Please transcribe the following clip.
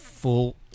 full